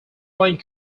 playing